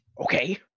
okay